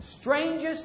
strangest